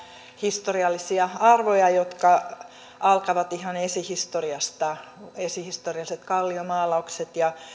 historiallisia arvoja jotka alkavat ihan esihistoriasta esihistorialliset kalliomaalaukset ja